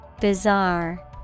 Bizarre